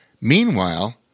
Meanwhile